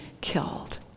killed